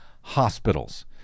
hospitals